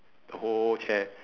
the whole chair